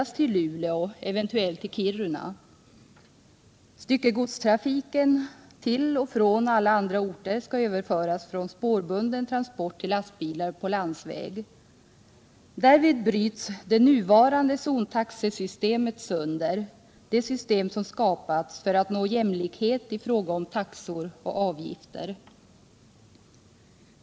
Styckegodstrafiken till och från alla andra orter skall ändras från spårbunden transport till transport med lastbilar på landsväg. Därvid bryts det nuvarande zontaxesystemet sönder, det system som skapats för att nå jämlikhet i fråga om taxor och avgifter.